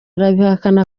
arabihakana